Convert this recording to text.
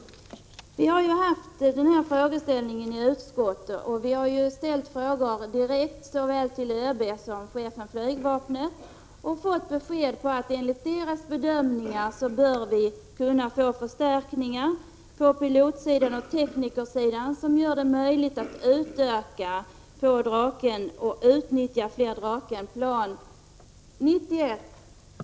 Vi har ju haft uppe denna frågeställning i utskottet, och vi har ställt frågor direkt såväl till överbefälhavaren som till chefen för flygvapnet. Vi har fått besked om att enligt deras bedömningar bör man kunna få sådana — Prot. 1986 92.